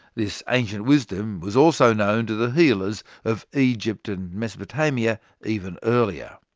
this ancient wisdom was also known to the healers of egypt and mesopotamia, even earlier.